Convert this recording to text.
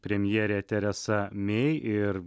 premjerė teresa mey ir